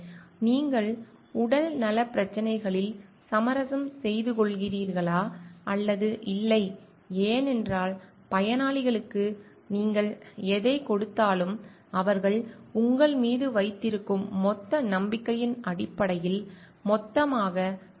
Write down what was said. நீங்கள் உடல்நலப் பிரச்சினைகளில் சமரசம் செய்துகொள்கிறீர்களா அல்லது இல்லை ஏனென்றால் பயனாளிகளுக்கு நீங்கள் எதைக் கொடுத்தாலும் அவர்கள் உங்கள் மீது வைத்திருக்கும் மொத்த நம்பிக்கையின் அடிப்படையில் மொத்தமாக அதை ஏற்றுக்கொள்கிறார்கள்